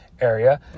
area